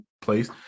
place